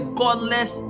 godless